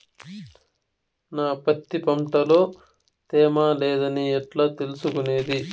నా పత్తి పంట లో తేమ లేదని ఎట్లా తెలుసుకునేది?